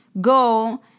go